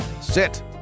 Sit